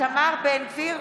משה אבוטבול,